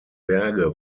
berge